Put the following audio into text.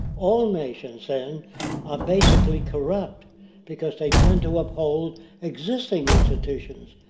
all nations then are basically corrupt because they tend to uphold existing institutons.